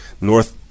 north